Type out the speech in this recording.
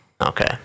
Okay